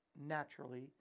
naturally